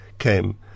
came